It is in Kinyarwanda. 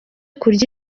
kurya